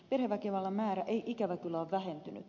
perheväkivallan määrä ei ikävä kyllä ole vähentynyt